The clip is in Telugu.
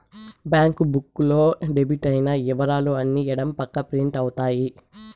బ్యాంక్ బుక్ లో డెబిట్ అయిన ఇవరాలు అన్ని ఎడం పక్క ప్రింట్ అవుతాయి